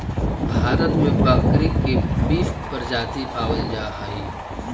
भारत में बकरी के बीस प्रजाति पावल जा हइ